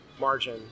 margin